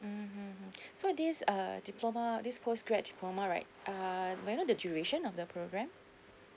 mmhmm so this err diploma this post grad diploma right uh may I know the duration of the program